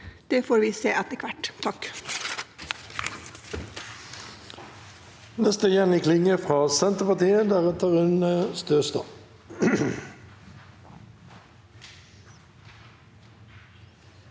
Det får vi se etter hvert. Jenny